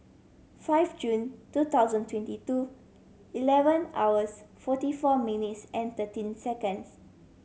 five Jun two thousand twenty two eleven hours forty four minutes and thirteen seconds